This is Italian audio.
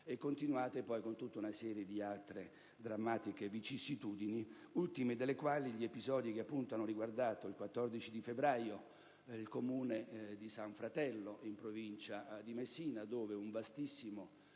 continuate con tutta una serie di altre drammatiche vicissitudini, le ultime delle quali riconducibili agli episodi che hanno riguardato, il 14 febbraio, il Comune di San Fratello, in Provincia di Messina, dove un vastissimo